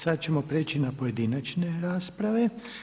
Sada ćemo prijeći na pojedinačne rasprave.